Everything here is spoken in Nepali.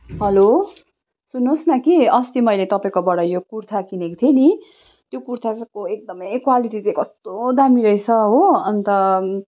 हेलो सुन्नुहोस् न कि अस्ति मैले तपाईँकोबाट यो कुर्ता किनेको थिएँ नि त्यो कुर्ताको एकदमै क्वालिटी चाहिँ कस्तो दामी रहेछ हो अन्त